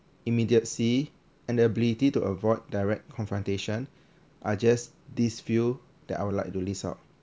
immediacy and the ability to avoid direct confrontation are just this few that I would like to list out